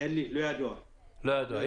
לא ידוע כמה.